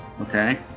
Okay